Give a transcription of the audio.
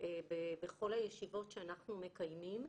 בכל הישיבות שאנחנו מקיימים,